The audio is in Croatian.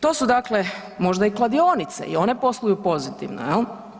To su dakle možda i kladionice i one posluju pozitivno, jel.